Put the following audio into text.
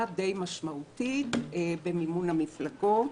משמעותית למדי במימון המפלגות,